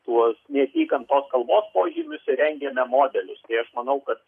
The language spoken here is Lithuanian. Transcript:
tuos neapykantos kalbos požymius ir rengiame modelius tai aš manau kad